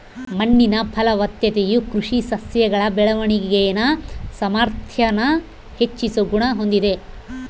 ಮಣ್ಣಿನ ಫಲವತ್ತತೆಯು ಕೃಷಿ ಸಸ್ಯಗಳ ಬೆಳವಣಿಗೆನ ಸಾಮಾರ್ಥ್ಯಾನ ಹೆಚ್ಚಿಸೋ ಗುಣ ಹೊಂದಿದೆ